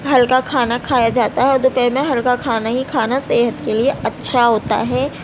ہلکا کھانا کھایا جاتا ہے اور دوپہر میں ہلکا کھانا ہی کھانا صحت کے لیے اچھا ہوتا ہے